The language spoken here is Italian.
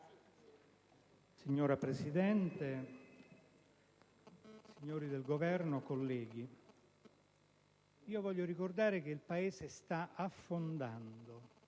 Signora Presidente, signori del Governo, colleghi, voglio ricordare che il Paese sta affondando.